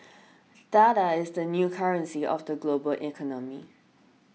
data is the new currency of the global economy